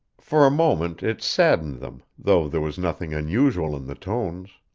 for a moment it saddened them, though there was nothing unusual in the tones.